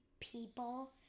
people